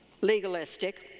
legalistic